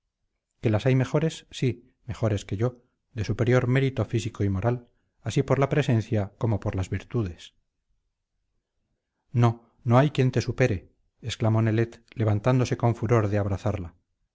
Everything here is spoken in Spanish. que las hay mejores sí mejores que yo de superior mérito físico y moral así por la presencia como por las virtudes no no hay quien te supere exclamó nelet levantándose con furor de abrazarla